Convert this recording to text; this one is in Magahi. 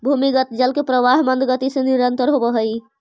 भूमिगत जल के प्रवाह मन्द गति से निरन्तर होवऽ हई